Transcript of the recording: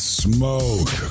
smoke